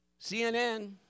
CNN